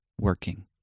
working